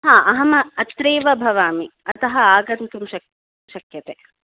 हा अहम अत्रैव भवामि अतः आगन्तुं शक् शक्यते